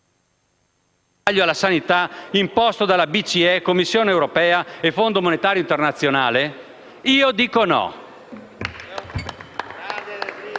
alla sanità imposto da BCE, Commissione europea e Fondo monetario internazionale? Io dico no!